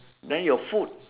then your food